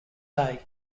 day